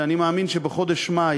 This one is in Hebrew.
שאני מאמין שבחודש מאי